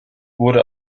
wurde